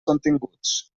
continguts